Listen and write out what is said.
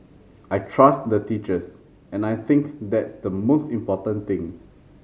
I trust the teachers and I think that's the most important thing